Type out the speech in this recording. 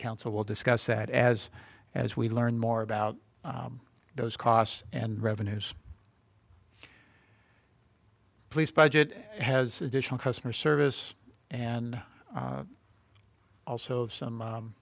council will discuss that as as we learn more about those costs and revenues police budget has additional customer service and also if some